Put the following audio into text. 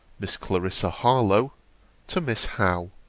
miss clarissa harlowe to miss howe